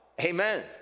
Amen